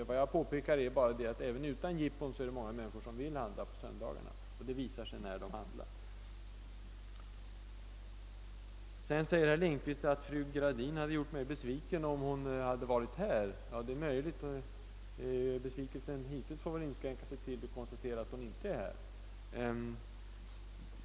Vad jag har påpekat är at oel finns många människor som vill handla på söndagarna även utan ippon. Herr Lindkvist säger att fru Gradin hade gjort mig besviken, om hon hade varit närvarande här i kammaren. Det är möjl men besvikelsen hittills får väl inskränka sig till konstaterandet att hon inte är här.